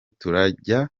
turajya